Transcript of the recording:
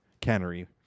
cannery